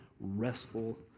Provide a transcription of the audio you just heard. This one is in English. restful